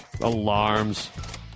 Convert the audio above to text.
Alarms